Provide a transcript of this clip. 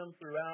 throughout